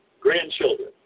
grandchildren